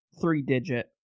three-digit